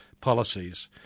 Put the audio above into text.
policies